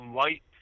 light